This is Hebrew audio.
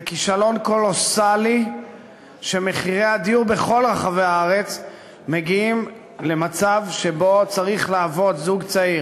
זה כישלון קולוסלי שמחירי הדיור בכל רחבי הארץ מגיעים למצב שבו זוג צעיר